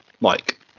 Mike